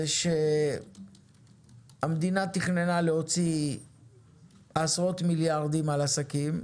זה שהמדינה תכננה להוציא עשרות מיליארדים על עסקים,